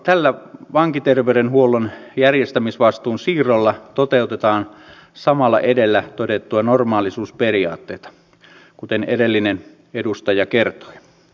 tällä vankiterveydenhuollon järjestämisvastuun siirrolla toteutetaan samalla edellä todettua normaalisuusperiaatetta kuten edellinen edustaja kertoi